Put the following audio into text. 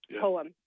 poem